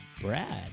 Brad